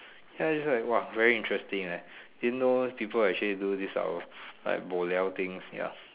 ya is like !wah! very interesting eh people actually do this type of like bo liao things ya